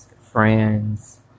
friends